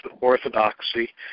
orthodoxy